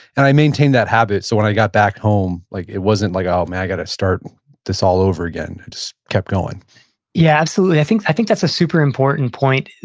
and i maintain that habit. so when i got back home, like it wasn't like, oh man, i've got to start this all over again. i just kept going yeah, absolutely. i think i think that's a super important point.